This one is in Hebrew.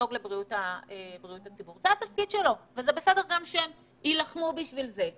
לדאוג לבריאות וזה בסדר שהם נלחמים עבור זה.